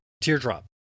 Teardrop